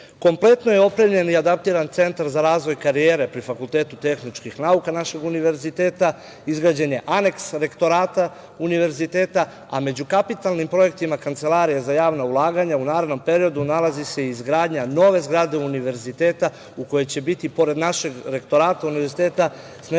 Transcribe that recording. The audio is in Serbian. Srbije. Kompletno je opremljen i adaptiran Centar za razvoj karijere pri Fakultetu tehničkih nauka našeg univerziteta, izgrađen je aneks rektorata univerziteta, a među kapitalnim projektima Kancelarije za javna ulaganja u narednom periodu nalazi se i izgradnja nove zgrade univerziteta, u kojoj će biti pored našeg rektorata univerziteta, smeštena